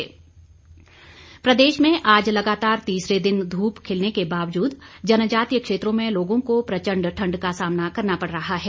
मौसम प्रदेश में आज लागातार तीसरे दिन धूप खिलने के बावजूद जनजातीय क्षेत्रों में लोगों को प्रचंड ठंड का सामना करना पड़ रहा है